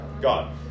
God